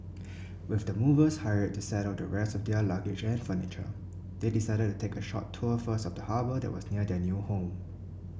with the movers hired to settle the rest of their luggage and furniture they decided to take a short tour first of the harbour that was near their new home